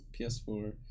PS4